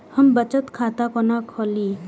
हम बचत खाता कोन खोली?